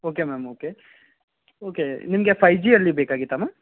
okay ma'am okay okay ನಿಮಗೆ five G ಅಲ್ಲಿ ಬೇಕಾಗಿತ್ತಾ ಮ್ಯಾಮ್